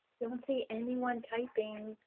don't see anyone typing.